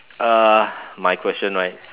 uh my question right